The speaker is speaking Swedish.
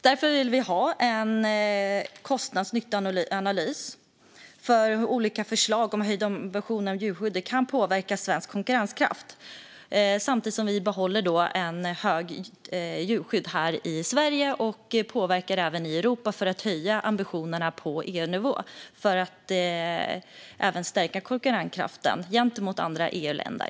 Därför vill vi ha en kostnadsanalys av hur olika förslag om höjd ambition inom djurskyddet kan påverka svensk konkurrenskraft. Samtidigt som vi behåller ett gott djurskydd här i Sverige ska vi påverka Europa för höjda ambitioner på EU-nivå för att också stärka konkurrenskraften gentemot andra EU-länder.